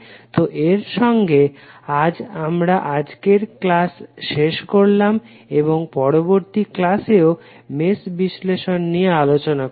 তো এর সঙ্গে আজ আমরা আজকের ক্লাস শেষ করলাম এবং আমরা পরবর্তী ক্লাসেও মেশ বিশ্লেষণ নিয়ে আলোচনা করবো